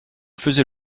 faisait